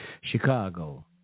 Chicago